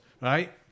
Right